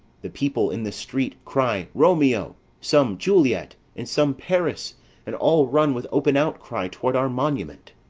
the people in the street cry romeo, some juliet, and some paris and all run, with open outcry, toward our monument.